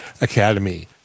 Academy